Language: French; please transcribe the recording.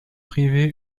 privé